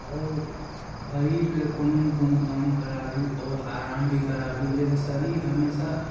आओर शरीरके कोनो ने कोनो काम कराबी आओर आराम भी कराबी जाहिसे शरीर हमेशा